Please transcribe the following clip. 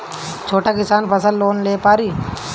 छोटा किसान फसल लोन ले पारी?